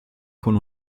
con